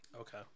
Okay